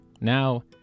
Now